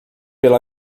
pelo